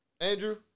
Andrew